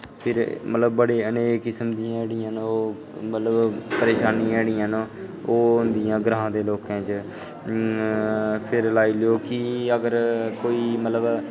फिर मतलब अनेक किस्म दियां जेह्ड़ियां न ओह् मतलब परेशानियां जेह्ड़ियां न ओह् औंदियां ग्रांऽ दे लोकें च फिर लाई लैओ कि कोई अगर